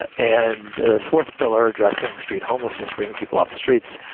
ah and the fourth pillar, addressing street homelessness, bringing people off the streets.